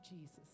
Jesus